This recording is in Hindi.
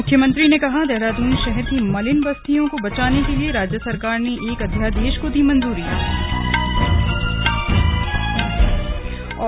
मुख्यमंत्री ने कहा देहरादून शहर की मलिन बस्तियों को बचाने के लिए राज्य सरकार ने एक अध्यादेश को मजूरी दी